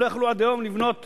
שלא יכלו עד היום לבנות